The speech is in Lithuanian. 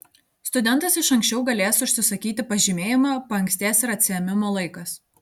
studentas iš ankščiau galės užsisakyti pažymėjimą paankstės ir atsiėmimo laikas